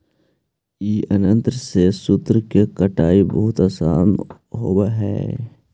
ई यन्त्र से सूत के कताई बहुत आसान होवऽ हई